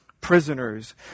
prisoners